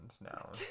now